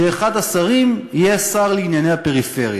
שאחד השרים יהיה שר לענייני הפריפריה.